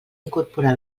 incorporar